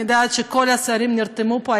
אני יודעת שכל השרים נרתמו פה,